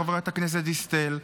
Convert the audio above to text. חברת הכנסת דיסטל,